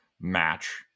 match